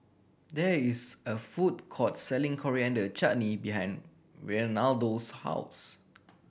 there is a food court selling Coriander Chutney behind Reinaldo's house